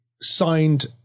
signed